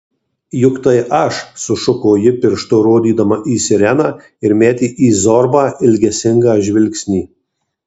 juk tai aš sušuko ji pirštu rodydama į sireną ir metė į zorbą ilgesingą žvilgsnį